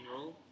role